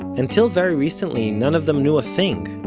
until very recently none of them knew a thing